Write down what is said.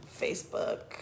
Facebook